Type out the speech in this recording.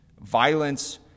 violence